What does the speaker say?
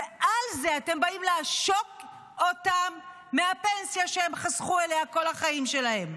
ועל זה אתם באים לעשוק אותם מהפנסיה שהם חסכו כל החיים שלהם.